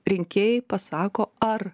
rinkėjai pasako ar